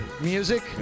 music